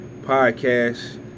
Podcast